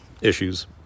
issues